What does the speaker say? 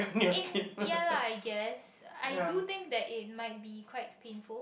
in ya lah I guess I do think that it might be quite painful